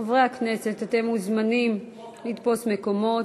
חברי הכנסת, אתם מוזמנים לתפוס מקומות.